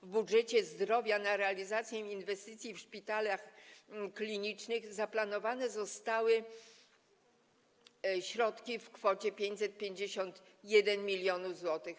W budżecie ministra zdrowia na realizację inwestycji w szpitalach klinicznych zaplanowane zostały środki w kwocie 551 mln zł.